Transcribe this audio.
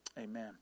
Amen